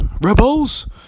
rebels